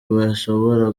bashobora